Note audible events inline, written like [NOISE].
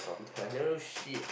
[BREATH] I never do no shit